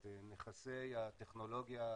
את נכסי הטכנולוגיה,